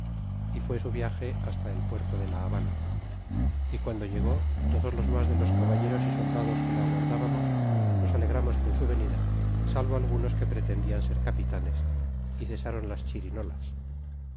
y fué su viage hasta el punto de la habana y guando llegó todos los mas de los caballeros y soldados que le aguardbamos nos alegramos con su venida salvo algunos que pretendian ser capitanes y cesron las chirinolas